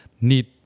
need